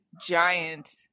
giant